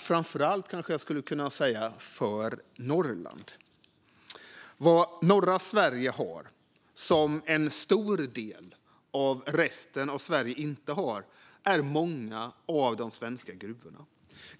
framför allt Norrland, är gruvnäringen. Vad norra Sverige har som en stor del av resten av Sverige inte har är många av de svenska gruvorna.